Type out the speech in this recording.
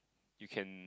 you can